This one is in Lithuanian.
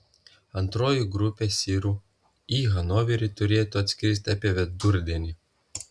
antroji grupė sirų į hanoverį turėtų atskristi apie vidurdienį